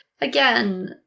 again